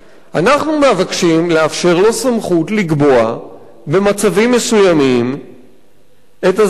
אנחנו מבקשים לאפשר לו סמכות לקבוע במצבים מסוימים את הזכות